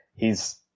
hes